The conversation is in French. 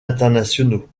internationaux